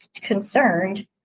concerned